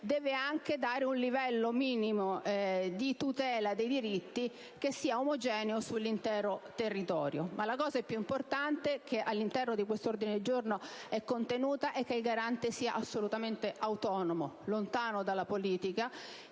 deve assicurare un livello minimo di tutela dei diritti omogeneo sull'intero territorio. L'auspicio più importante contenuto all'interno di questo ordine del giorno è che il Garante sia assolutamente autonomo, lontano dalla politica,